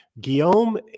Guillaume